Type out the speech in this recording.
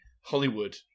Hollywood